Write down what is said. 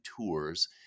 tours